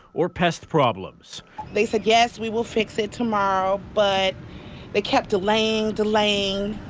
or pest problems they said yes we will fix it tomorrow but they kept delaying delaying.